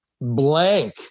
blank